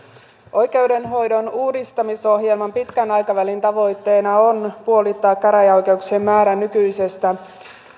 oikeudenhoidon uudistamisohjelman pitkän aikavälin tavoitteena on puolittaa käräjäoikeuksien määrä nykyisestä